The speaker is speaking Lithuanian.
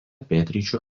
pietryčių